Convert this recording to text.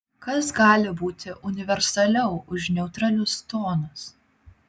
kas gali būti universaliau už neutralius tonus